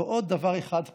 ועוד דבר אחד קטן: